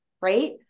Right